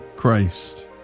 christ